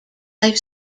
i’ve